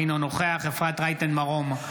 אינו נוכח אפרת רייטן מרום,